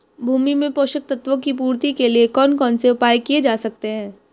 भूमि में पोषक तत्वों की पूर्ति के लिए कौन कौन से उपाय किए जा सकते हैं?